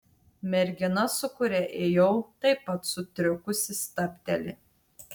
mergina su kuria ėjau taip pat sutrikusi stabteli